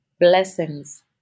blessings